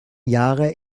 jahre